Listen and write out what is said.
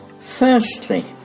Firstly